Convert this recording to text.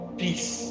peace